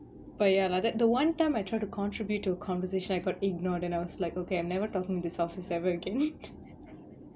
but ya lah that the one time I try to contribute to a conversation I got ignored and I was like okay I've never talking to this office ever again